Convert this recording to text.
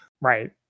Right